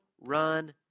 run